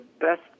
best